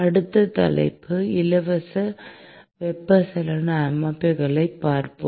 அடுத்த தலைப்பு இலவச வெப்பச்சலன அமைப்புகளைப் பார்ப்போம்